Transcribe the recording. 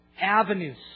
avenues